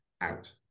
out